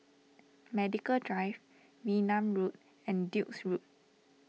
Medical Drive Wee Nam Road and Duke's Road